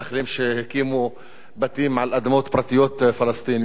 שהקימו בתים על אדמות פרטיות פלסטיניות,